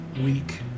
week